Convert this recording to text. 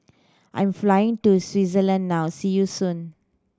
I'm flying to Swaziland now see you soon